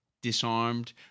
disarmed